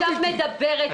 אני עכשיו מדברת איתך.